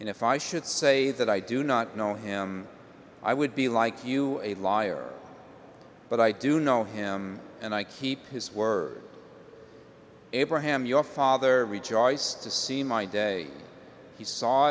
and if i should say that i do not know him i would be like you a liar but i do know him and i keep his word abraham your father retards to see my day he saw